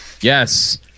Yes